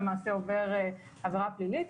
למעשה עובר עבירה פלילית,